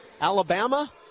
Alabama